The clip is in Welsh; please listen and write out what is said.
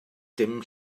dim